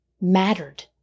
mattered